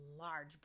large